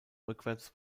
rückwärts